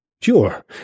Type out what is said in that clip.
Sure